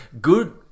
Good